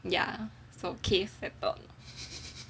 ya so okay settled